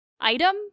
item